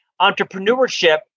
entrepreneurship